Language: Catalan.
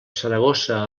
saragossa